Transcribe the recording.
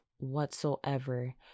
whatsoever